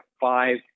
five